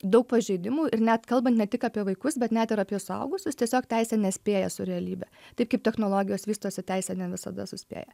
daug pažeidimų ir net kalbant ne tik apie vaikus bet net ir apie suaugusius tiesiog teisė nespėja su realybe taip kaip technologijos vystosi teisė ne visada suspėja